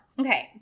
Okay